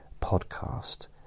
podcast